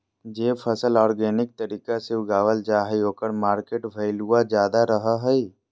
जे फसल ऑर्गेनिक तरीका से उगावल जा हइ ओकर मार्केट वैल्यूआ ज्यादा रहो हइ